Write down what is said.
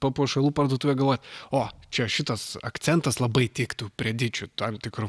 papuošalų parduotuvę galvojat o čia šitas akcentas labai tiktų prie dičių tam tikro